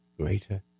greater